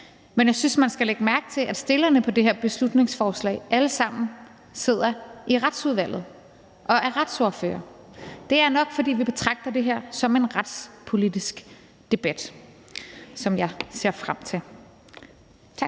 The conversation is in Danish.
Men jeg synes, at man skal lægge mærke til, at forslagsstillerne på det her beslutningsforslag alle sammen sidder i Retsudvalget og er retsordførere. Det er nok, fordi vi betragter det her som en retspolitisk debat, og den ser jeg frem til. Tak.